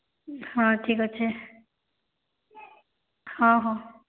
ହଁ ଠିକ୍ ଅଛେ ହଁ ହଁ